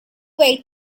wait